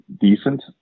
decent